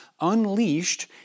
unleashed